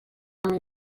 amb